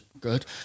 good